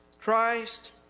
Christ